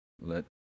let